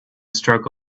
stroke